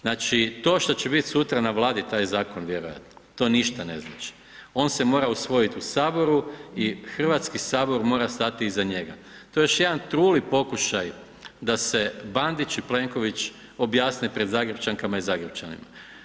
Znači to što će biti sutra na Vladi taj zakon vjerojatno, to ništa ne znači, on se mora usvojit u Saboru i Hrvatski sabor mora stati iza njega, to je još jedan truli pokušaj da se Bandić i Plenković objasne pred Zagrepčankama i Zagrepčanima.